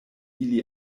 ili